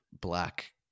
black